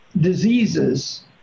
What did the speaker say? diseases